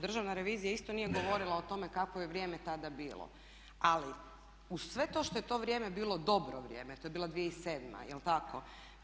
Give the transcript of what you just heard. Državna revizija isto nije govorila o tome kakvo je vrijeme tada bilo, ali uz sve to što je to vrijeme bilo dobro vrijeme, to je bila 2007. jel' tako?